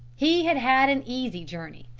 he had had an easy journey,